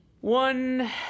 One